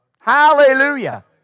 Hallelujah